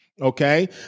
Okay